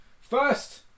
First